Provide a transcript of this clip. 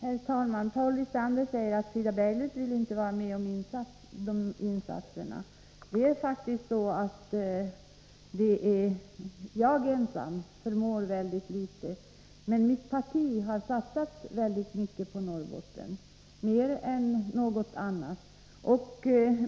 Herr talman! Paul Lestander säger att Frida Berglund inte vill tillstyrka de insatser som vpk föreslår. Det är faktiskt så att jag ensam förmår litet, men mitt parti har satsat väldigt mycket på Norrbotten, mer än på något annat län.